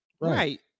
right